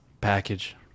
Package